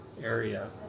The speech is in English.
area